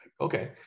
Okay